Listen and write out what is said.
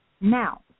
Now